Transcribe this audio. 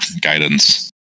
guidance